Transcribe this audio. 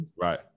Right